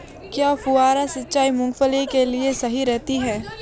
क्या फुहारा सिंचाई मूंगफली के लिए सही रहती है?